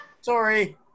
Sorry